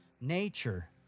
nature